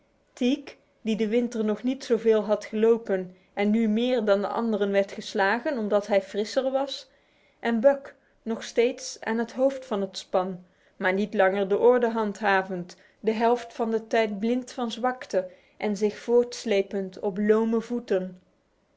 teek die deze winter nog niet zoveel had gelopen en nu meer dan de anderen werd geslagen omdat hij frisser was en buck nog steeds aan het hoofd van het span maar niet langer de orde handhavend de helft van de tijd blind van zwakte en zich voortslepend op lome voeten